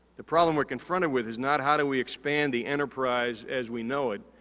the problem we're confronted with is not how do we expand the enterprise as we know it?